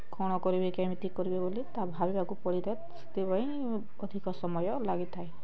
କ'ଣ କରିବି କେମିତି କରିବି ବୋଲି ତାହା ଭାବିବାକୁ ପଡ଼ିଥାଏ ସେଥିପାଇଁ ଅଧିକ ସମୟ ଲାଗିଥାଏ